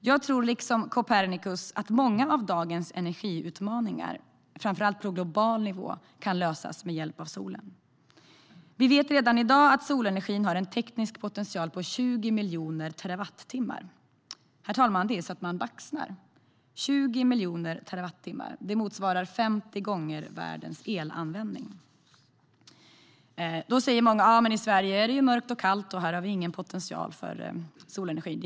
Jag tror att många av dagens energiutmaningar, framför allt på global nivå, kan lösas med hjälp av solen. Vi vet redan i dag att solenergin har en teknisk potential på 20 miljoner terawattimmar. Herr talman! Det är så att man baxnar. 20 miljoner terawattimmar motsvarar 50 gånger världens elanvändning. Då säger många: Men i Sverige är det mörkt och kallt och vi har ingen potential för solenergin.